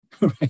right